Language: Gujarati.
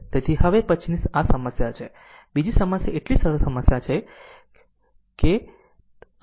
તેથી હવે પછીની આ સમસ્યા છે બીજી સમસ્યા એટલી સરળ સમસ્યા તે સરળ સમસ્યા છે